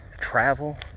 travel